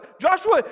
Joshua